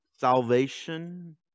salvation